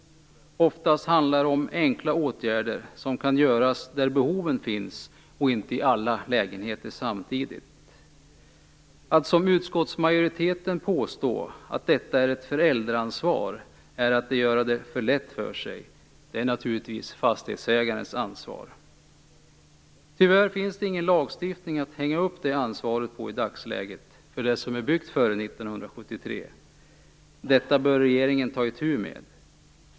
Oftast handlar det om enkla åtgärder som kan vidtas där behoven finns och inte i alla lägenheter samtidigt. Att som utskottsmajoriteten påstå att detta är ett föräldraansvar är att göra det för lätt för sig. Det är naturligtvis fastighetsägarens ansvar. Tyvärr finns det ingen lagstiftning att hänga upp detta ansvar på i dagsläget för det som är byggt före 1973. Detta bör regeringen ta itu med.